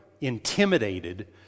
intimidated